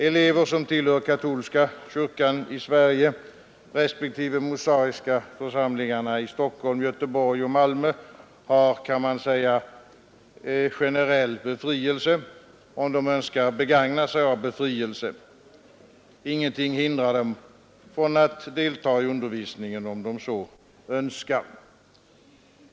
Elever som tillhör katolska kyrkan i Sverige, respektive mosaiska församlingarna i Stockholm, Göteborg och Malmö har, kan man säga, generell befrielse om de önskar begagna sig av befrielse. Ingenting hindrar dem dock från att delta i undervisningen om de så önskar.